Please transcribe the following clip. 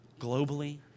globally